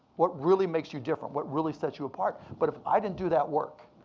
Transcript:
what really makes you different? what really sets you apart? but if i didn't do that work,